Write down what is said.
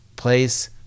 Place